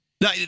now